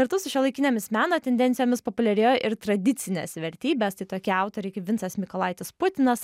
kartu su šiuolaikinėmis meno tendencijomis populiarėjo ir tradicinės vertybės tai tokie autoriai kaip vincas mykolaitis putinas